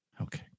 okay